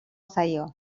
zaio